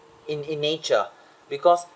in in nature because